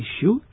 issue